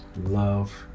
love